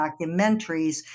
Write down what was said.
documentaries